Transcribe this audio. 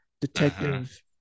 detective